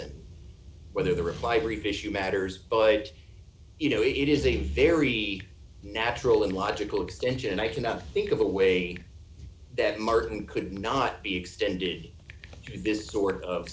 than whether the reply brief issue matters ojt you know it is a very natural and logical extension and i cannot think of a way that martin could not be extended visit sort of